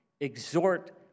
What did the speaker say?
exhort